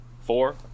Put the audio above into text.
four